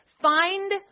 Find